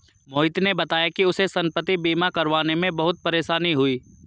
मोहित ने बताया कि उसे संपति बीमा करवाने में बहुत परेशानी हुई